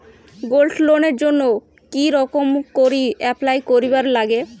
Gold লোনের জইন্যে কি রকম করি অ্যাপ্লাই করিবার লাগে?